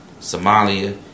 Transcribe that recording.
Somalia